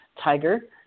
tiger